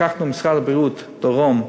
לקחנו, משרד הבריאות, דרום,